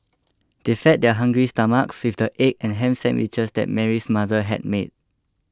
they fed their hungry stomachs with the egg and ham sandwiches that Mary's mother had made